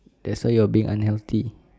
that's why you're being unhealthy